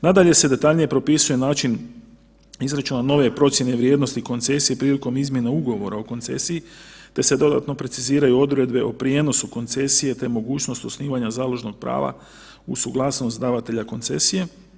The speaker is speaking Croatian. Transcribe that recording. Nadalje se detaljnije propisuje način izračuna nove procjene vrijednosti koncesije prilikom izmjene ugovora o koncesiji te se dodatno preciziraju odredbe o prijenosu koncesije te mogućnosti osnivanju založnog prava uz suglasnost davatelja koncesije.